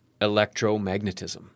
electromagnetism